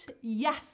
Yes